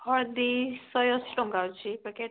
ହଳଦି ଶହେ ଅଶି ଟଙ୍କା ଅଛି ପ୍ୟାକେଟ୍